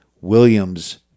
Williams –